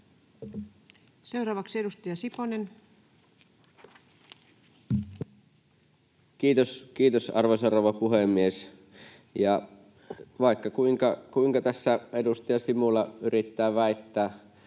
20:08 Content: Kiitos. — Kiitos, arvoisa rouva puhemies! Vaikka kuinka tässä edustaja Simula yrittää väittää,